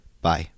Bye